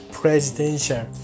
presidential